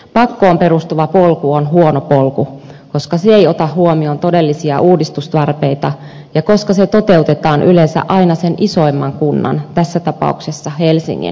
pakkoon perustuva polku on huono polku koska se ei ota huomioon todellisia uudistustarpeita ja koska se toteutetaan yleensä aina sen isoimman kunnan tässä tapauksessa helsingin ehdoilla